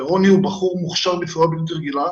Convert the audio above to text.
רוני הוא בחור מוכשר בצורה בלתי רגילה.